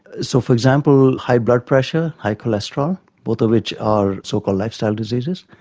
so, for example, high blood pressure, high cholesterol, both of which are so-called lifestyle diseases,